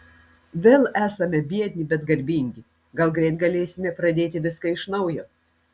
vėl esame biedni bet garbingi gal greit galėsime pradėti viską iš naujo